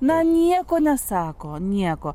na nieko nesako nieko